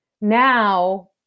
Now